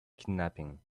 kidnapping